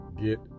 Get